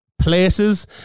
places